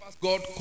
God